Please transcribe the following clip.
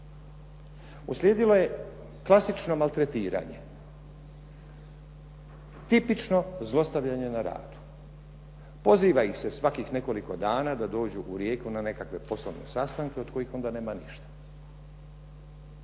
Uslijedilo je klasično maltretiranje, tipično zlostavljanje na radu. Poziva ih se svakih nekoliko dana da dođu u Rijeku na nekakve poslovne sastanke od kojih onda nema ništa.